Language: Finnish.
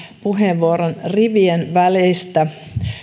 puheenvuoron rivien väleistä